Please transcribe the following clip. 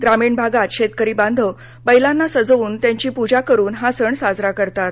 ग्रामीण भागात शेतकरी बांधव बैलांना सजवून त्यांची पूजा करून हा सण साजरा करतात